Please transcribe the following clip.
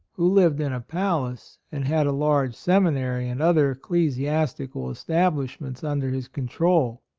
who lived in a palace and had a large seminary and other ecclesiastical establish ments under his control.